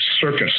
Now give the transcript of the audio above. Circus